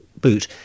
boot